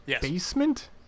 basement